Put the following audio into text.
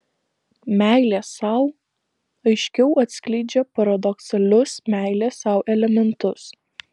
meilė sau aiškiau atskleidžia paradoksalius meilės sau elementus